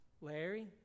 Larry